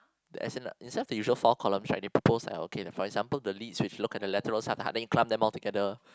as in instead of the usual four columns right they propose like okay for example the leads if you look at the laterals of the heart then you clump them altogether